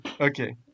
Okay